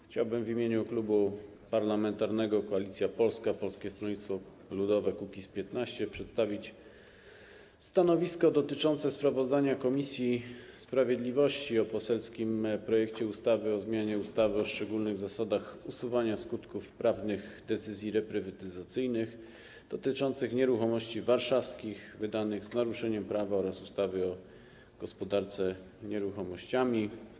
Chciałbym w imieniu Klubu Parlamentarnego Koalicja Polska - Polskie Stronnictwo Ludowe - Kukiz15 przedstawić stanowisko dotyczące sprawozdania komisji sprawiedliwości o poselskim projekcie ustawy o zmianie ustawy o szczególnych zasadach usuwania skutków prawnych decyzji reprywatyzacyjnych dotyczących nieruchomości warszawskich wydanych z naruszeniem prawa oraz ustawy o gospodarce nieruchomościami.